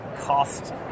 cost